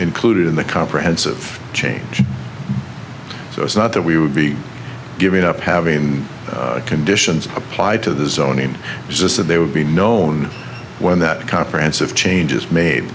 included in the comprehensive change so it's not that we would be giving up having conditions applied to the zoning just that they would be known when that comprehensive changes made